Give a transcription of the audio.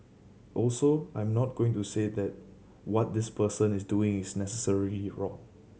also I'm not going to say that what this person is doing is necessarily wrong